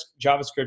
JavaScript